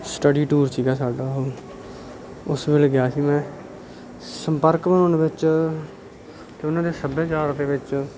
study tour ਸੀਗਾ ਸਾਡਾ ਉਹ ਉਸ ਵੇਲੇ ਗਿਆ ਸੀ ਮੈਂ ਸੰਪਰਕ ਬਣਾਉਣ ਵਿੱਚ ਅਤੇ ਉਨ੍ਹਾਂ ਦੇ ਸੱਭਿਆਚਾਰ ਦੇ ਵਿੱਚ